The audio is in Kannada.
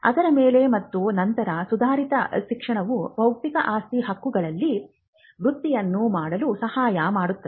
ಅದರ ಮೇಲೆ ಮತ್ತು ನಂತರ ಸುಧಾರಿತ ಶಿಕ್ಷಣವು ಬೌದ್ಧಿಕ ಆಸ್ತಿ ಹಕ್ಕುಗಳಲ್ಲಿ ವೃತ್ತಿಯನ್ನು ಮಾಡಲು ಸಹಾಯ ಮಾಡುತ್ತದೆ